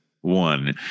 one